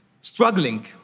struggling